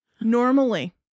Normally